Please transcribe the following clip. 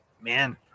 man